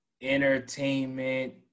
entertainment